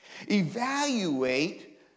Evaluate